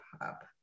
pop